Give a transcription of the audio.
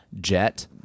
Jet